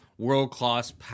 world-class